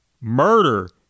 Murder